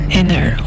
inner